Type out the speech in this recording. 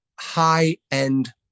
high-end